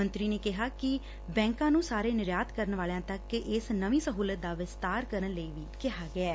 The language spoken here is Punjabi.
ਮੰਤਰੀ ਨੇ ਕਿਹਾ ਕਿ ਬੈਂਕਾਂ ਨੂੰ ਸਾਰੇ ਨਿਰਯਾਤ ਕਰਨ ਵਾਲਿਆਂ ਤੱਕ ਇਸ ਨਵੀਂ ਸਹੁਲਤ ਦਾ ਵਿਸਤਾਰ ਕਰਨ ਲਈ ਕਿਹਾ ਗਿਐ